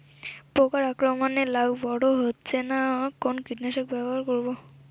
পোকার আক্রমণ এ লাউ বড় হচ্ছে না কোন কীটনাশক ব্যবহার করব?